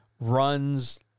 runs